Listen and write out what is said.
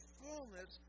fullness